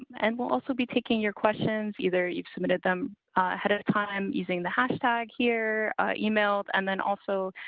and we'll also be taking your questions either. you've submitted them ahead of time using the hashtag here emailed. and then also,